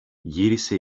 γύρισε